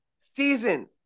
season